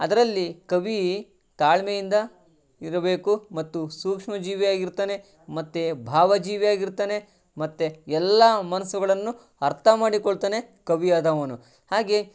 ಅದರಲ್ಲಿ ಕವಿ ತಾಳ್ಮೆಯಿಂದ ಇರಬೇಕು ಮತ್ತು ಸೂಕ್ಷ್ಮ ಜೀವಿಯಾಗಿ ಇರ್ತಾನೆ ಮತ್ತು ಭಾವ ಜೀವಿಯಾಗಿ ಇರ್ತಾನೆ ಮತ್ತು ಎಲ್ಲ ಮನಸ್ಸುಗಳನ್ನು ಅರ್ಥ ಮಾಡಿಕೊಳ್ತಾನೆ ಕವಿಯಾದವನು ಹಾಗೇ